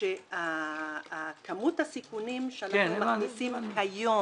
שכמות הסיכונים שמכניסים היום,